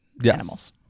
Yes